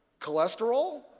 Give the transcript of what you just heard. cholesterol